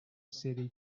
city